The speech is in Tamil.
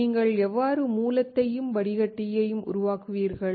நீங்கள் எவ்வாறு மூலத்தையும் வடிகட்டியையும் உருவாக்குவீர்கள்